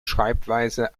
schreibweise